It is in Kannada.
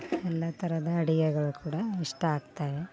ಎಲ್ಲ ಥರದ ಅಡಿಗೆಗಳು ಕೂಡ ಇಷ್ಟ ಆಗ್ತಾವೆ